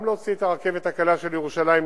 גם להוציא לדרך את הרכבת הקלה של ירושלים,